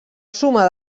suma